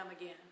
again